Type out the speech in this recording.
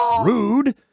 Rude